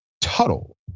Tuttle